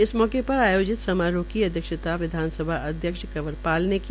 इस मौके पर आयोजित समारोह की अध्यक्षता विधान सभा अध्यक्ष कंवर पाल ने की